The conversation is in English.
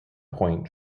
point